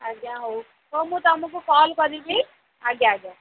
ଆଜ୍ଞା ହଉ ହଉ ମୁଁ ତମକୁ କଲ୍ କରିବି ଆଜ୍ଞା ଆଜ୍ଞା